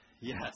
Yes